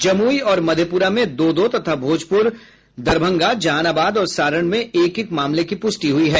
जमुई और मधेपुरा में दो दो तथा भोजपुर दरभंगा जहानाबाद और सारण में एक एक मामले की पुष्टि हुई है